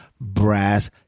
brass